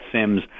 Sims